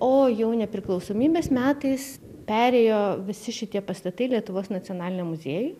o jau nepriklausomybės metais perėjo visi šitie pastatai lietuvos nacionaliniam muziejui